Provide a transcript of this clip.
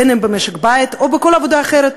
בין אם במשק בית או בכל עבודה אחרת,